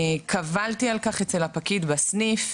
"קבלתי על כך אצל הפקיד בסניף,